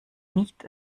nicht